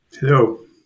Hello